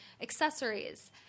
accessories